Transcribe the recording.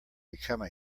become